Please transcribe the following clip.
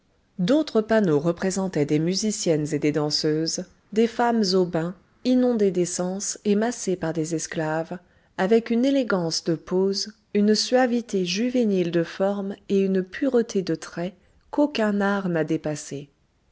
d'autres panneaux représentaient des musiciennes et des danseuses des femmes au bain inondées d'essence et massées par des esclaves avec une élégance de poses une suavité juvénile de formes et une pureté de traits qu'aucun art n'a dépassées